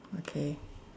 okay